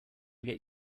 get